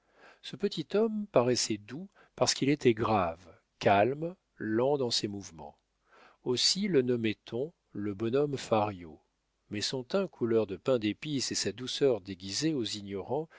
ce petit homme paraissait doux parce qu'il était grave calme lent dans ses mouvements aussi le nommait on le bonhomme fario mais son teint couleur de pain d'épice et sa douceur déguisaient aux ignorants